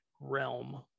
realm